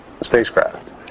spacecraft